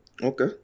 Okay